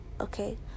Okay